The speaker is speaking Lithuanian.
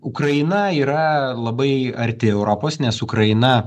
ukraina yra labai arti europos nes ukraina